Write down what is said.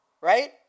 right